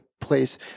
place